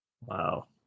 Wow